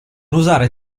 usare